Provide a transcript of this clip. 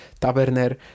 Taberner